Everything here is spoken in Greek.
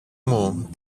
μου